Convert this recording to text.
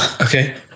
Okay